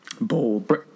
Bold